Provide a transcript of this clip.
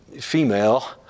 female